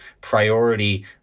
priority